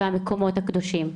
והמקומות הקדושים.